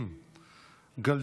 מתכבדת